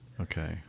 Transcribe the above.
Okay